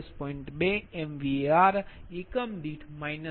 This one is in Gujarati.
2 એમવીએઆર અને એકમ દીઠ 1